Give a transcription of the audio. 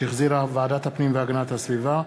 שהחזירה ועדת הפנים והגנת הסביבה,